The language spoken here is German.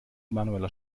manueller